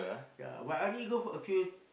ya but I only go for a few